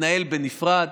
תתנהל בנפרד.